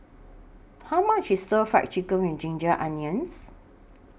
How much IS Stir Fried Chicken with Ginger Onions